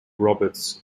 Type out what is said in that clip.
roberts